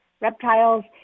reptiles